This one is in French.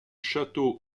château